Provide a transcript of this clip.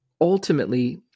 ultimately